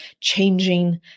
changing